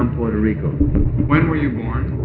um puerto rico when were you born?